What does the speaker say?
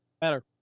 Better